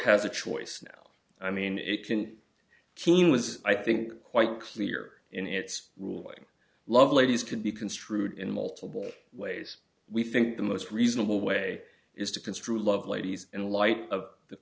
has a choice now i mean it can killing was i think quite clear in its ruling lovelady's could be construed in multiple ways we think the most reasonable way is to construe lovelady's in light of the